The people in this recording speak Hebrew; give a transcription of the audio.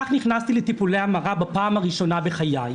כך נכנסתי לטיפולי המרה בפעם הראשונה בחיי.